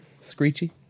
Screechy